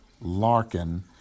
Larkin